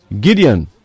Gideon